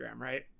right